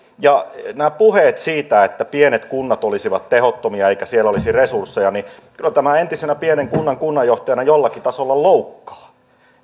nämä puheet siitä että pienet kunnat olisivat tehottomia eikä siellä olisi resursseja kyllä entistä pienen kunnan kunnanjohtajaa jollakin tasolla loukkaavat